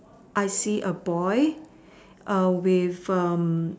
I see a boy with